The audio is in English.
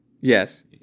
yes